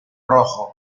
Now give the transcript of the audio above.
rojo